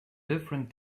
different